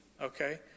okay